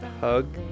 Hug